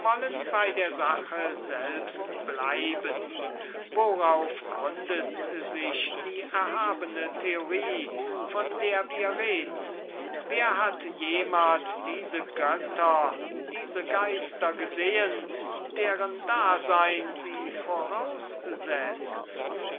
bei der sache selbst bleiben worauf gründet sich die erhabne theorie von der wir reden wer hat jemals diese götter diese geister gesehen deren dasein sie voraussetzt